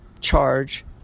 charge